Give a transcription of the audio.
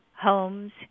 homes